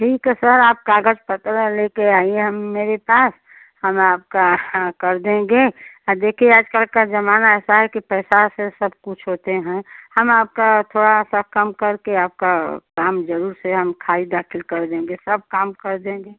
ठीक है सर आप कागज़ पत्र ले कर आइए हम मेरे पास हम आपका हाँ कर देंगे और देखिए आज कल का ज़माना ऐसा है कि पैसे से सब कुछ होता है हम आपका थोड़ा सा कम करके आपका काम ज़रूर से हम ख़ारिज दाखिल कर देंगे सब काम कर देंगे